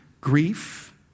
Grief